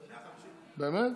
150. באמת?